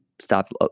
Stop